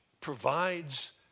provides